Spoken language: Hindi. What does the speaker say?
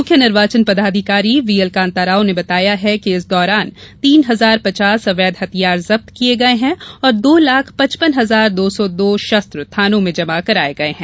मुख्य निर्वाचन पदाधिकारी व्हीएलकान्ताराव ने बताया है कि इस दौरान तीन हजार पचास अवैध हथियार जब्त किये गये हैं और दो लाख पचपन हजार दो सौ दो शस्त्र थानों में जमा कराये गये हैं